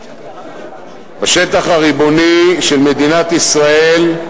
בשטח הריבוני של מדינת ישראל,